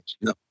no